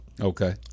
okay